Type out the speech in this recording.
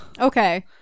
Okay